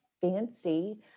fancy